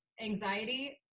anxiety